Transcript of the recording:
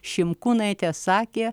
šimkūnaitė sakė